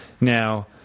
Now